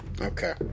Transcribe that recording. Okay